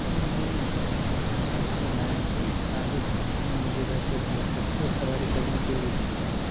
तो मुझे जाँच करना है कि आगे भविष्य में मुझे वह कैब मिल सकती है सवारी करने के लिए